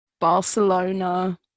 barcelona